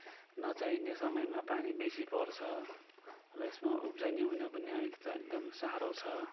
नचाहिने समयमा पानी बेसी पर्छ र यसमा उब्जनी हुन पनि अहिले त एकदम साह्रो छ